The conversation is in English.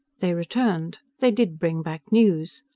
they returned. they did bring back news.